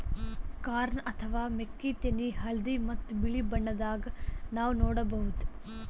corn ಅಥವಾ ಮೆಕ್ಕಿತೆನಿ ಹಳ್ದಿ ಮತ್ತ್ ಬಿಳಿ ಬಣ್ಣದಾಗ್ ನಾವ್ ನೋಡಬಹುದ್